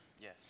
Yes